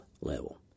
level